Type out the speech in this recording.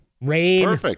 rain